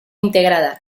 integrada